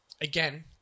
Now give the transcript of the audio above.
Again